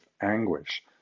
anguish